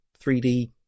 3D